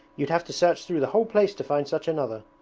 you'd have to search through the whole place to find such another